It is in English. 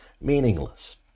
meaningless